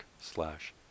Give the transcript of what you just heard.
slash